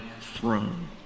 throne